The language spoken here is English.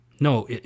No